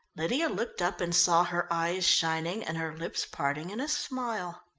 lydia looked up and saw her eyes shining and her lips parting in a smile.